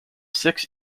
six